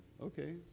Okay